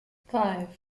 five